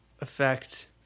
effect